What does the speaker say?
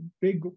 big